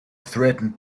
threatened